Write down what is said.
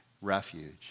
refuge